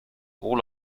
all